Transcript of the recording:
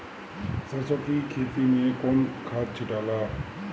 सरसो के खेती मे कौन खाद छिटाला?